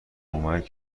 اومد